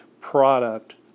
product